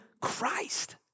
Christ